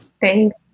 Thanks